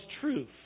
truth